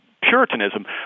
Puritanism